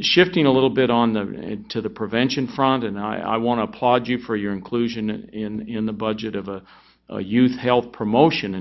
shifting a little bit on the to the prevention front and i want to applaud you for your inclusion in the budget of a youth health promotion